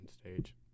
stage